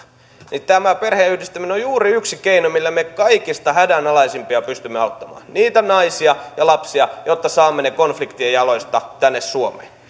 tämä perheenyhdistäminen on juuri yksi keino millä me kaikista hädänalaisimpia pystymme auttamaan niitä naisia ja lapsia jotta saamme heidät konfliktien jaloista tänne suomeen